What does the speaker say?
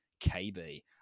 KB